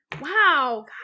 Wow